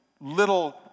little